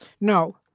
No